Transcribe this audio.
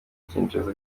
kinshasa